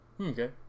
Okay